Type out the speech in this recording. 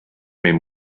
meid